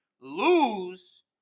lose